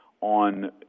on